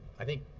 i think,